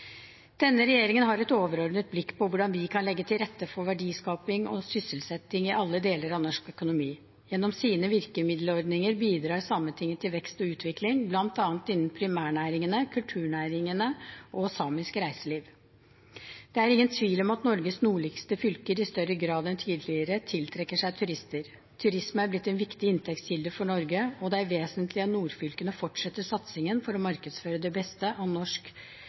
Denne regjeringen har et overordnet blikk på hvordan vi kan legge til rette for verdiskaping og sysselsetting i alle deler av norsk økonomi. Gjennom sine virkemiddelordninger bidrar Sametinget til vekst og utvikling, bl.a. innen primærnæringene, kulturnæringene og samisk reiseliv. Det er ingen tvil om at Norges nordligste fylker i større grad enn tidligere tiltrekker seg turister. Turisme er blitt en viktig inntektskilde for Norge, og det er vesentlig at nordfylkene fortsetter satsingen for å markedsføre det beste av norsk